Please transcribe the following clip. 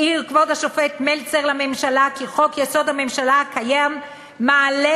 העיר כבוד השופט מלצר לממשלה כי חוק-יסוד: הממשלה הקיים מעלה